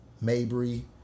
Mabry